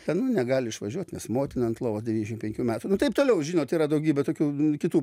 ten nu negali išvažiuot nes motina ant lovos devyniasdešim penkių metų taip toliau žinot yra daugybė tokių kitų